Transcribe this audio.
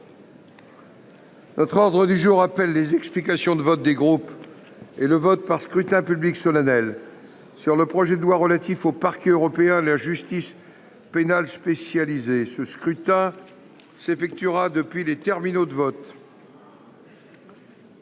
L'ordre du jour appelle les explications de vote des groupes et le vote par scrutin public solennel sur le projet de loi relatif au Parquet européen et à la justice pénale spécialisée (projet n° 283, texte de la commission